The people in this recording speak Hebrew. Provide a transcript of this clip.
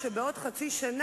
בעת הזאת,